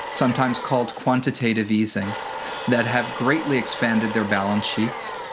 sometimes called quantitative easing that have greatly expanded their balance sheets.